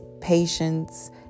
patience